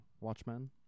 Watchmen